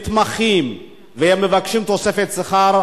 מתמחים ומבקשים תוספת שכר,